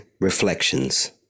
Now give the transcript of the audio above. Reflections